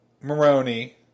Moroni